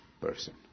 person